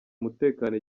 umutekano